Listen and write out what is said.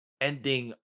ending